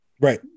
right